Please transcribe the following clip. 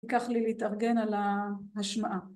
יקח לי להתארגן על ההשמעה.